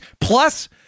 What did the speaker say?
plus